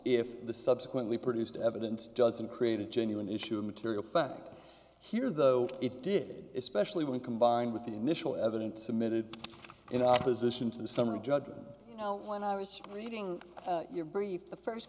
if the subsequently produced evidence doesn't create a genuine issue of material fact here though it did especially when combined with the initial evidence submitted in opposition to the summary judgment when i was reading your brief the first